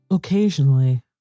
Occasionally